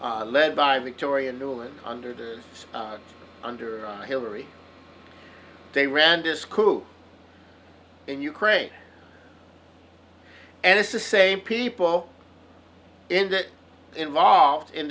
led by victoria nuland under the under hillary they ran this cook in ukraine and it's the same people in that involved in